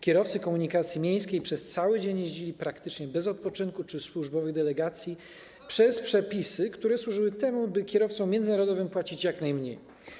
Kierowcy komunikacji miejskiej przez cały dzień jeździli praktycznie bez odpoczynku - czy służbowych delegacji, i to przez przepisy, które służymy temu, by kierowcom międzynarodowym płacić jak najmniej.